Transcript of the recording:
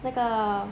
那个